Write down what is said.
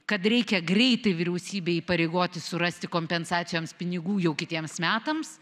kad reikia greitai vyriausybei įpareigoti surasti kompensacijoms pinigų jau kitiems metams